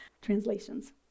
translations